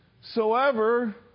soever